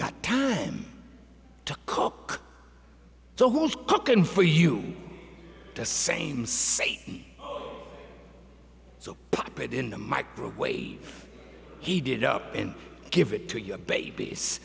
got him to cook the whole cooking for you the same say so pop it in the microwave he did up and give it to your babies